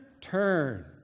turn